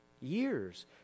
years